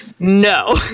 no